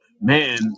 man